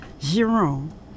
Giron